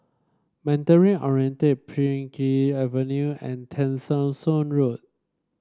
Mandarin Oriental Pheng Geck Avenue and Tessensohn Road